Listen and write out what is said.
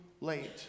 late